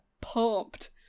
pumped